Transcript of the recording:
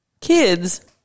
kids